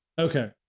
Okay